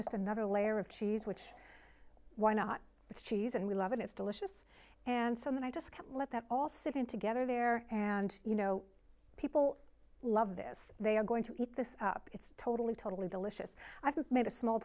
just another layer of cheese which why not it's cheese and we love it it's delicious and so then i just let that all sitting together there and you know people love this they are going to eat this up it's totally totally delicious i've made a small